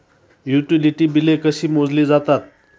Utility बिले कशी मोजली जातात?